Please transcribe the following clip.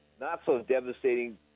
not-so-devastating